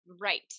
Right